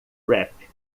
rap